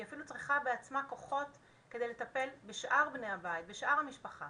היא אפילו צריכה בעצמה כוחות כדי לטפל בשאר בני הבית ובשאר המשפחה